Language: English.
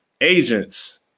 Agents